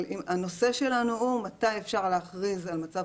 אבל הנושא שלנו הוא מתי אפשר להכריז על מצב